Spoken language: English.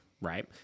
right